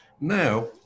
Now